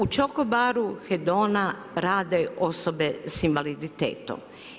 U čoko baru Hedona rade osobe sa invaliditetom.